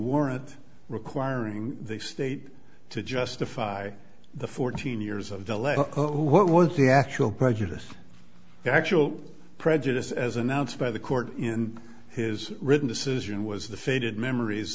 warrant requiring the state to justify the fourteen years of delay what was the actual prejudice the actual prejudice as announced by the court in his written this isn't was the faded memories